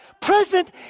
present